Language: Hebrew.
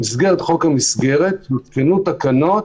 במסגרת חוק המסגרת הותקנו תקנות